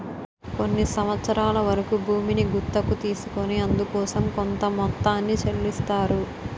కొన్ని సంవత్సరాల వరకు భూమిని గుత్తకు తీసుకొని అందుకోసం కొంత మొత్తాన్ని చెల్లిస్తారు